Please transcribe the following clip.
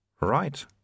Right